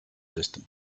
distant